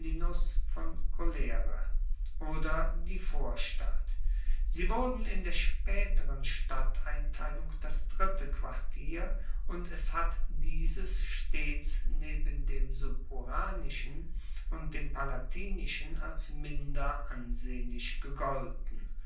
oder die vorstadt sie wurden in der spaeteren stadteinteilung das dritte quartier und es hat dieses stets neben dem suburanischen und dem palatinischen als minder ansehnlich gegolten